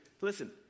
listen